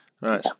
Right